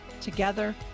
Together